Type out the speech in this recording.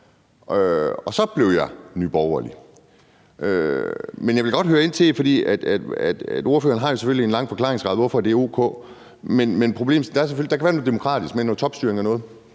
og så blev jeg Ny Borgerlig. Men jeg vil godt høre noget. For ordføreren har jo selvfølgelig en lang forklaring på, hvorfor det er o.k., og der kan være noget demokratisk med noget topstyring. Det